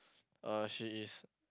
uh she is